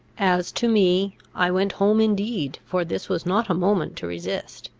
as to me, i went home indeed, for this was not a moment to resist.